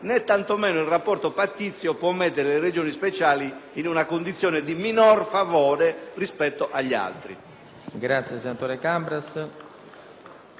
in una condizione di minor favore rispetto alle